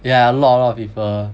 yeah a lot a lot of people